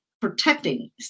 protecting